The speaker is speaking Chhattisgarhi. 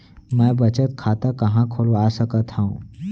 मै बचत खाता कहाँ खोलवा सकत हव?